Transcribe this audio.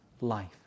life